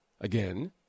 again